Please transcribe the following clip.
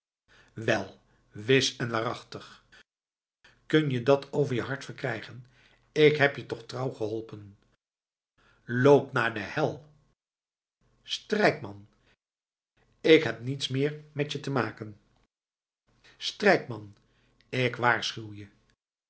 wel wis en waarachtig kun je dat over je hart verkrijgen ik heb je toch trouw geholpen loop naar de hel strijkman k heb niets meer met je te maken strijkman ik waarschuw je